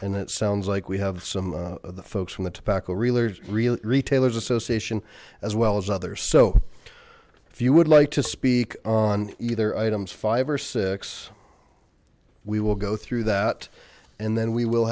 and it sounds like we have some of the folks from the tobacco reelers retailers association as well as others so if you would like to speak on either items five or six we will go through that and then we will